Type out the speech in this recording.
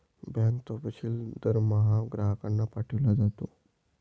bank तपशील दरमहा ग्राहकांना पाठविला जातो